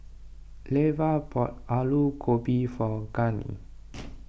Leva bought Aloo Gobi for Gurney